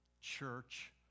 Church